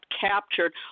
captured